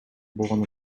болгон